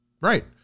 Right